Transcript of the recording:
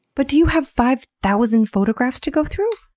but do you have five thousand photographs to go through,